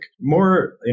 more